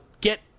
get